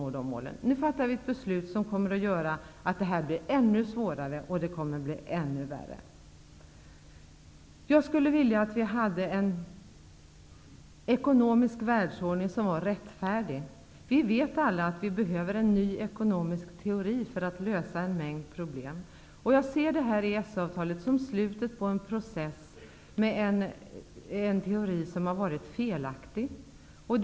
Och nu skall vi fatta ett beslut som gör detta ännu svårare. Det blir ännu värre. Jag skulle vilja att vi hade en rättfärdig ekonomisk världsordning. Vi vet alla att det behövs en ny ekonomisk teori för att det skall vara möjligt att lösa en mängd problem. Jag ser det här EES-avtalet som slutet på en process där man haft en felaktig teori.